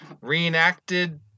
Reenacted